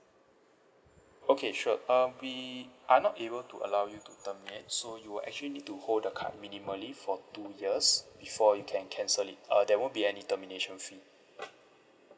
okay sure um we are not able to allow you to terminate so you will actually need to hold the card minimally for two years before you can cancel it uh there won't be any termination fee